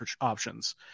options